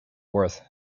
worth